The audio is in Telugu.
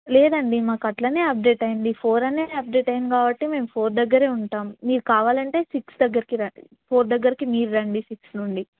లేదండి మాకు అట్లనే అప్డేట్ అయ్యింది ఫోర్ అనే అప్డేట్ అయింది కాబట్టి మేము ఫోర్ దగ్గర ఉంటాం మీరు కావాలంటే సిక్స్ దగ్గరికి రండి ఫోర్ దగ్గరికి మీరు రండి సిక్స్ నుండి